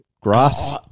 Grass